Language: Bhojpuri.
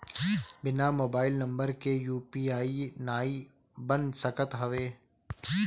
बिना मोबाइल नंबर के यू.पी.आई नाइ बन सकत हवे